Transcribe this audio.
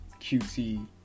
cutesy